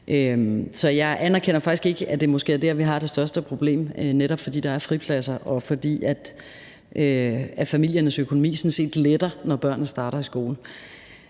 Så jeg anerkender faktisk ikke, at det måske er der, vi har det største problem, netop fordi der er fripladser, og fordi familiernes økonomi sådan set lettes, når børnene starter i skole.